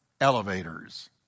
elevators